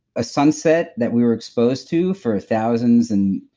a sunset that we were exposed to for thousands and,